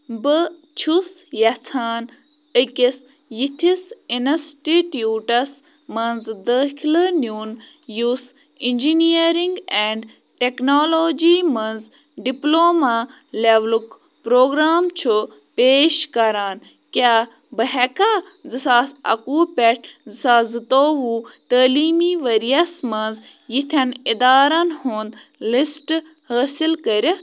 بہٕ چھُس یژھان أکِس یِتھِس اِنَسٹِٹیوٗٹَس منٛز دٲخلہٕ نیُن یُس اِنجیٖنیرِنٛگ اینڈ ٹیکنالوجی منٛز ڈِپلومہ لٮ۪ولُک پروگرام چھُ پیش کران کیٛاہ بہٕ ہٮ۪کا زٕ ساس اَکہٕ وُہ پٮ۪ٹھ زٕ ساس زٕتووُہ تٲلیٖمی ؤرۍ یَس منٛز یِتھٮ۪ن اِدارَن ہُنٛد لِسٹ حٲصِل کٔرِتھ